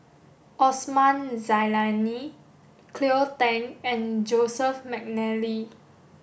Osman Zailani Cleo Thang and Joseph Mcnally